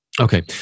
Okay